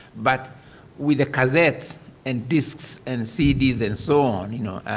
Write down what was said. but with the cassettes and disks and cds and so on, you know,